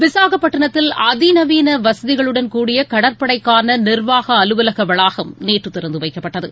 விசாகப்பட்டிணத்தில் அதிநவீன வசதிகளுடன் கூடிய கடற்படைக்கான நிர்வாக அலுவலக வளாகம் நேற்று திறந்து வைக்கப்பட்டது